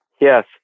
Yes